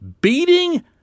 beating